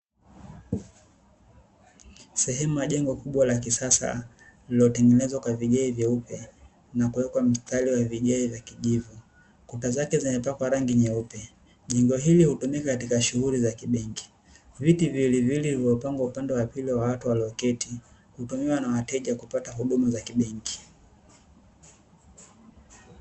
Sehemu ya jengo kubwa la kisasa lililotengenezwa kwa vigae vyeupe na kuwekwa mstari wa vigae vya kijivu, kuta zake zimepakwa rangi nyeupe. Jengo hili hutumika katika shughuli za kibenki. Viti viwiliviwili vilivyopangwa upande wa pili wa watu walioketi hutumiwa na wateja kupata huduma za kibenki.